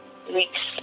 weeks